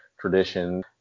tradition